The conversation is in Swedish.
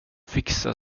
fixa